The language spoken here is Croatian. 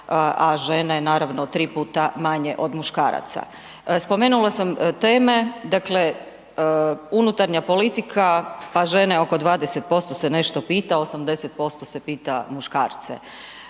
a žene naravno 3x manje od muškaraca. Spomenula sam teme, dakle unutarnja politika pa žene oko 20% se nešto pita, 80% se pita muškarce.